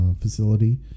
facility